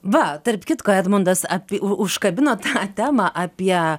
va tarp kitko edmundas api u užkabino tą temą apie